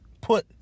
put